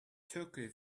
turkey